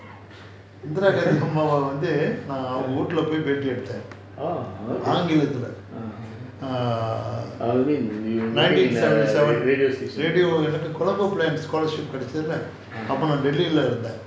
indira ghandhi அம்மாவை வந்து வீட்டுக்கு போய்:vanthu veetuku poi interview எடுத்தேன் ஆங்கிலத்துல:eduthaen aangilathula err nineteen seventy seven radio planes colombo planes scholorship கெடைச்சிதுல போ நான்:kedaichithula po naan delhi leh இருந்தேன்:irunthaen